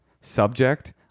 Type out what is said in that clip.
subject